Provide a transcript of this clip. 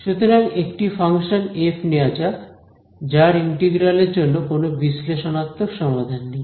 সুতরাং একটি function F নেওয়া যাক যার ইন্টিগ্রাল এর জন্য কোন বিশ্লেষণাত্মক সমাধান নেই